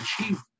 achieve